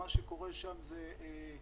מה שקורה שם זה צונאמי,